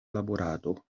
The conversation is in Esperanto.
laborado